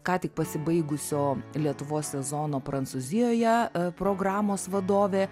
ką tik pasibaigusio lietuvos sezono prancūzijoje programos vadovė